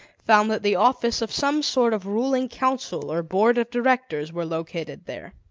found that the office of some sort of ruling council or board of directors were located there.